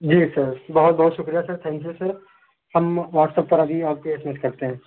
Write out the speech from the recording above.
جی sir بہت بہت شُكریہ سر تھینک یو سر ہم واٹسپ پر ابھی آپ کے ایس ایم ایس کرتے ہیں